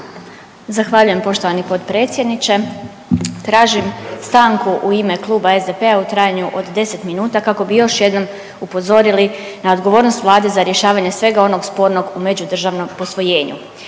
Zahvaljujem poštovani potpredsjedniče. Tražim stanku u ime Kluba SDP-a u trajanju od 10 minuta kako bi još jednom upozorili na odgovornost Vlade za rješavanje svega onog spornog u međudržavnom posvojenju.